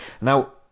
Now